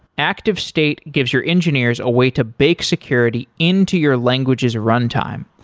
active state gives your engineers a way to bake security into your language's run time.